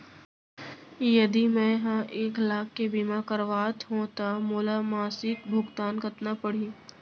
यदि मैं ह एक लाख के बीमा करवात हो त मोला मासिक भुगतान कतना पड़ही?